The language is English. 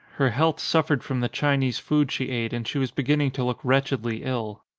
her health suffered from the chinese food she ate and she was beginning to look wretchedly ill.